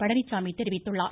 பழனிச்சாமி தெரிவித்துள்ளார்